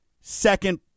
second